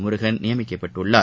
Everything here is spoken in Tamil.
முருகன் நியமிக்கப்பட்டுள்ளார்